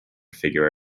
figure